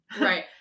Right